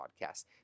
podcast